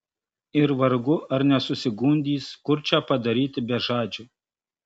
ir vargu ar nesusigundys kurčią padaryti bežadžiu